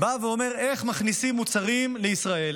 בא ואומר איך מכניסים מוצרים לישראל.